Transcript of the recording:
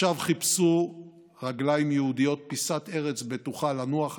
לשווא חיפשו רגליים יהודיות פיסת ארץ בטוחה לנוח עליה.